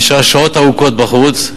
היא נשארה שעות ארוכות בחוץ,